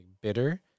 bitter